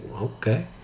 okay